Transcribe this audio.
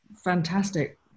fantastic